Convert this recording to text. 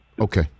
Okay